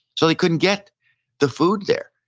so they couldn't get the food there.